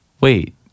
wait